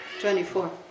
twenty-four